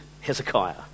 Hezekiah